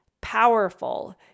powerful